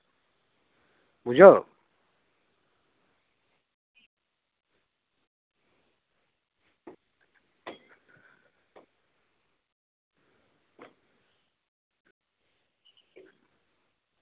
ᱵᱩᱡᱷᱟᱹᱣ